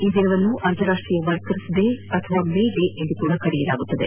ಈ ದಿನವನ್ನು ಅಂತಾರಾಷ್ಷೀಯ ವರ್ಕರ್ಸ್ ಡೇ ಅಥವಾ ಮೇ ಡೇ ಎಂದು ಕರೆಯಲಾಗುತ್ತದೆ